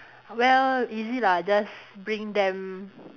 well easy lah just bring them